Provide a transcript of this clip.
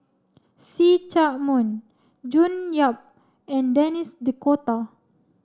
See Chak Mun June Yap and Denis D'Cotta